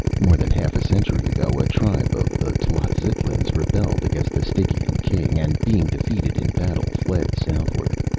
more than half a century ago a tribe of the tlazitlans rebelled against the stygian king, and, being defeated in battle, fled southward.